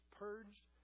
purged